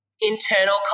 internal